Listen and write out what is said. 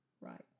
Right